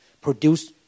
produce